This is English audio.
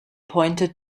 pointed